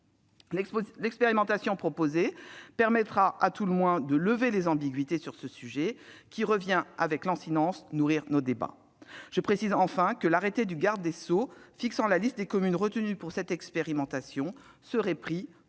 L'expérimentation proposée permettra, à tout le moins, de lever les ambiguïtés sur ce sujet qui revient de manière lancinante nourrir nos débats. Je précise enfin que l'arrêté du garde des sceaux fixant la liste des communes retenues pour cette expérimentation serait pris en